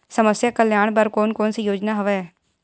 समस्या कल्याण बर कोन कोन से योजना हवय?